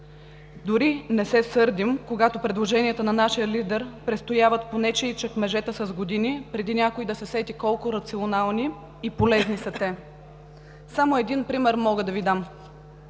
Дори не се и сърдим, когато предложенията на нашия лидер престояват по нечии чекмеджета с години, преди някой да се сети колко рационални и полезни са те. Само един пример мога да Ви дам: